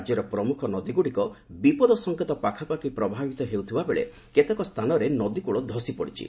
ରାଜ୍ୟର ପ୍ରମୁଖ ନଦୀଗୁଡ଼ିକ ବିପଦ ସଙ୍କେତ ପାଖାପାଖି ପ୍ରବାହିତ ହେଉଥିବାବେଳେ କେତେକ ସ୍ଥାନରେ ନଦୀକୂଳ ଧସି ପଡ଼ିଛି